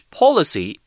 policy